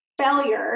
failure